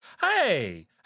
Hey